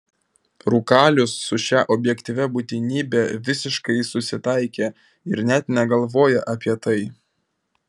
rūkalius su šia objektyvia būtinybe visiškai susitaikė ir net negalvoja apie tai